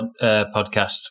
podcast